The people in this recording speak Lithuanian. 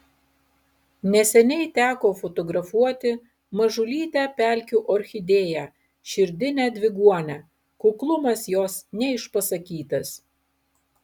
neseniai teko fotografuoti mažulytę pelkių orchidėją širdinę dviguonę kuklumas jos neišpasakytas